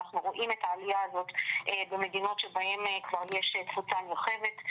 אנחנו רואים את העלייה הזאת במדינות שבהן כבר יש תפוצה נרחבת.